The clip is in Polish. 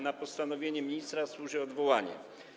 Na postanowienie ministra służy odwołanie.